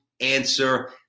answer